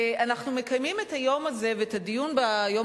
אנחנו מקיימים את היום הזה ואת הדיון ביום